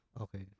Okay